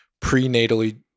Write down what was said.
prenatally